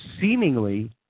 seemingly